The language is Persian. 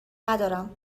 ندارم